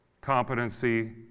competency